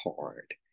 hard